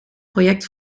project